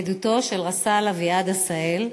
עדותו של רס"ל אביעד עשהאל,